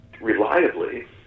reliably